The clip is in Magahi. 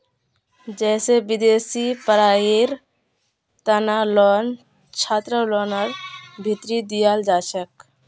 जैसे विदेशी पढ़ाईयेर तना लोन छात्रलोनर भीतरी दियाल जाछे